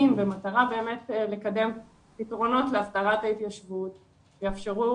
והמטרה באמת לקדם פתרונות להסדרת ההתיישבות שיאפשרו